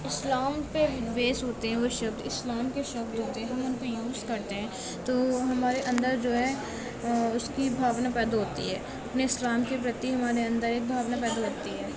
اسلام پہ ویس ہوتے ہیں وہ شبد اسلام کے شبد ہوتے ہیں ہم ان کو یوز کرتے ہیں تو ہمارے اندر جو ہے اس کی بھاؤنا پیدا ہوتی ہے اپنے اسلام کے پرتی ہمارے اندر ایک بھاؤنا پیدا ہوتی ہے